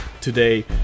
today